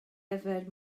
yfed